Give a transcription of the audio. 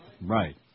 Right